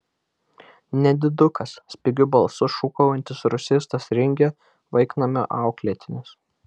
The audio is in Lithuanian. nedidukas spigiu balsu šūkaujantis rusistas ringė vaiknamio auklėtinis